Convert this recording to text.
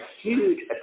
huge